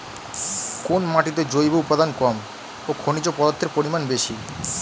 কোন মাটিতে জৈব উপাদান কম ও খনিজ পদার্থের পরিমাণ বেশি?